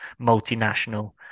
multinational